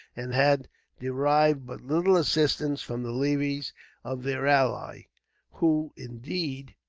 and had derived but little assistance from the levies of their ally who, indeed,